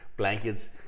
blankets